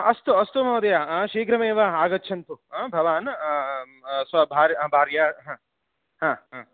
अस्तु अस्तु महोदय शीघ्रमेव आगच्छन्तु भवान् स्व भार्य भार्या हा हा हा